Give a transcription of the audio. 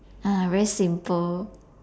ah very simple